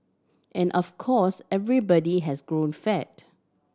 and of course everybody has grown fat